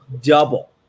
double